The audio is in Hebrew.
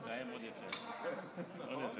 מדינת ישראל מתמודדת עם משבר לאומי